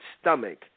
stomach